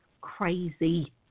crazy